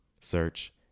Search